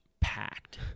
packed